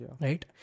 Right